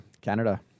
Canada